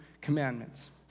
commandments